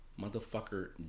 motherfucker